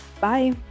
bye